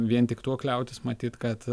vien tik tuo kliautis matyt kad